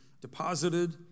deposited